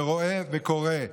רואה וקורא,